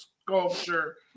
sculpture